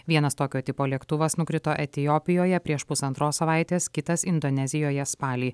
vienas tokio tipo lėktuvas nukrito etiopijoje prieš pusantros savaitės kitas indonezijoje spalį